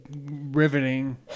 riveting